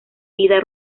vida